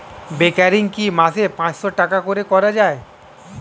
Recurring কি মাসে পাঁচশ টাকা করে করা যায়?